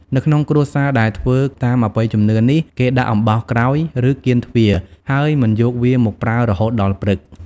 នៅក្នុងគ្រួសារដែលធ្វើតាមអបិយជំនឿនេះ គេដាក់អំបោសក្រោយ ឬ កៀនទ្វារ ហើយមិនយកវាមកប្រើរហូតដល់ព្រឹក។